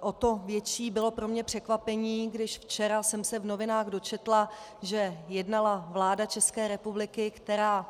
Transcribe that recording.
O to větší bylo pro mě překvapení, když včera jsem se v novinách dočetla, že jednala vláda České republiky, která